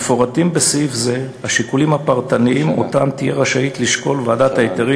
מפורטים בסעיף זה השיקולים הפרטניים שוועדת ההיתרים